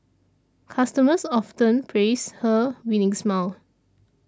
customers often praise her winning smile